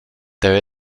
there